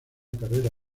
carrera